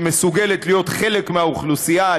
שמסוגלת להיות חלק מהאוכלוסייה,